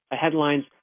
headlines